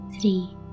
three